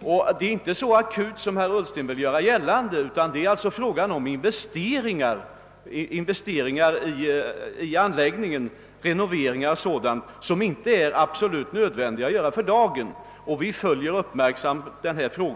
och läget är inte så akut som herr Ullsten vill göra gällande. Det gäller investeringar, renoveringar m.m. som det inte är absolut nödvändigt att göra för dagen. Vi följer emellertid frågan uppmärksamt.